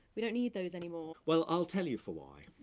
we don't need those anymore. well, i'll tell you for why.